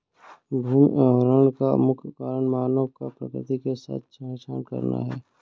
भूमि अवकरण का मुख्य कारण मानव का प्रकृति के साथ छेड़छाड़ करना है